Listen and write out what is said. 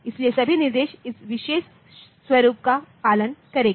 इसलिए सभी निर्देश इस विशेष स्वरूप का पालन करेंगी